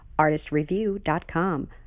ArtistReview.com